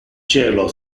cielo